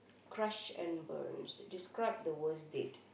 crush and burns describe the worst date